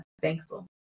thankful